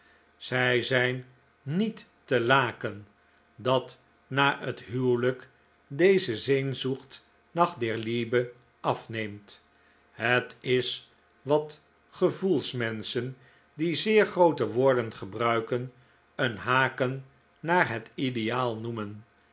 zij zijn niet te laken dat na het huwelijk deze sehnsucht nach der liebe afneemt het is wat gevoelsmenschen die zeer groote woorden gebruiken een haken naar het ideaal noemen